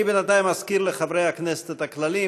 אני בינתיים אזכיר לחברי הכנסת את הכללים,